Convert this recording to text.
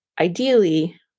ideally